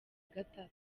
gatatu